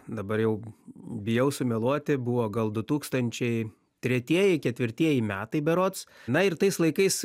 dabar jau bijau sumeluoti buvo gal du tūkstančiai tretieji ketvirtieji metai berods na ir tais laikais